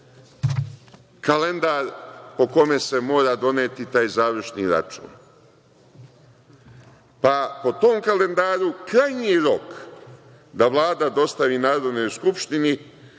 kalendar po kome se mora doneti taj završni račun, po tom kalendaru krajnji rok da Vlada dostavi Narodnoj skupštini